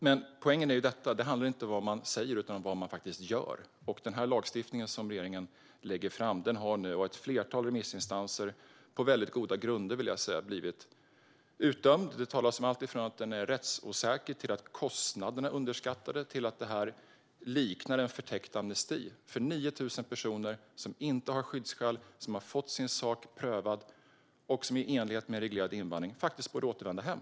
Men poängen är att det inte handlar om vad man säger utan om vad man faktiskt gör. Den lagstiftning som regeringen nu lägger fram har av ett flertal remissinstanser på mycket goda grunder, vill jag säga, blivit utdömd. Det talas om alltifrån att den är rättsosäker till att kostnaderna är underskattade och att detta liknar en förtäckt amnesti för 9 000 personer som inte har skyddsskäl, som har fått sin sak prövad och som i enlighet med reglerad invandring faktiskt borde återvända hem.